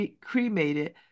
cremated